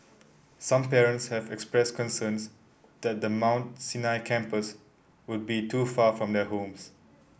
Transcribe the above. some parents have expressed concerns that the Mount Sinai campus would be too far from their homes